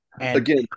Again